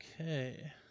Okay